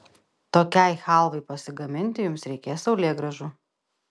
tokiai chalvai pasigaminti jums reikės saulėgrąžų